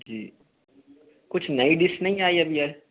जी कुछ नई डिस नहीं आई है